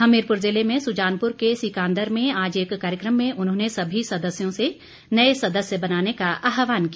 हमीरपूर जिले में सुजानपूर के सिकांदर में आज एक कार्यक्रम में उन्होंने सभी सदस्यों से नए सदस्य बनाने का आह्वान किया